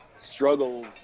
struggle